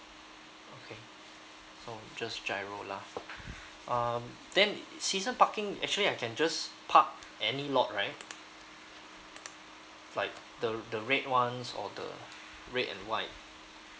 okay so just giro lah um then season parking actually I can just park any lot right like the the red ones or the red and white